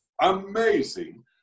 amazing